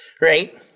Right